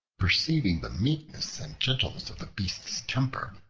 perceiving the meekness and gentleness of the beast's temper,